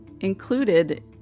included